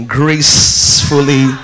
gracefully